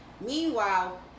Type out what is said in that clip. meanwhile